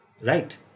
Right